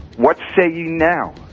what say you now?